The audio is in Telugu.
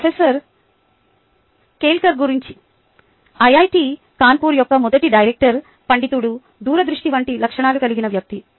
ఇది ప్రొఫెసర్ కెల్కర్ గురించి ఐఐటి కాన్పూర్ యొక్క మొదటి డైరెక్టర్ పండితుడు దూరదృష్టి వంటి లక్షణాలు కలిగిన వ్యక్తి